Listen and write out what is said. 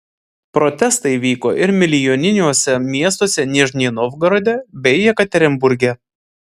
protestai vyko ir milijoniniuose miestuose nižnij novgorode bei jekaterinburge